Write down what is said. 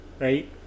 right